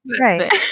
Right